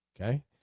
Okay